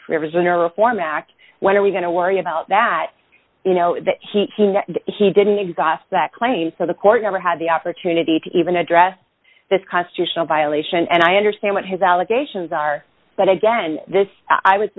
prisoner reform act when are we going to worry about that you know he he didn't exhaust that claim so the court never had the opportunity to even address this constitutional violation and i understand what his allegations are but again this i w